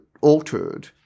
altered